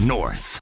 North